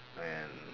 and